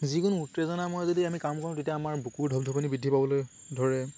যিকোনো উত্তেজনাময় যদি আমি কাম কৰোঁ তেতিয়া আমাৰ বুকুৰ ধপধপনি বৃদ্ধি পাবলৈ ধৰে